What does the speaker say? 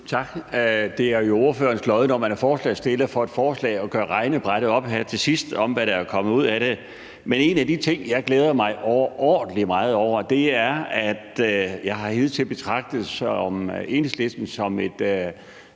Tak. Det ligger jo i ens lod, når man er ordfører for forslagsstillerne på et forslag, at gøre regnebrættet op her til sidst, i forhold til hvad der er kommet ud af det. Men der er en ting, jeg glæder mig overordentlig meget over. Jeg har hidtil betragtet Enhedslisten som et